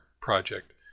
project